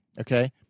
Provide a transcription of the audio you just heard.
okay